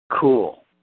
Cool